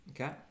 okay